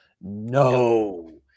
No